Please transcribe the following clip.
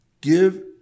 give